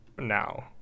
now